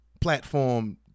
platform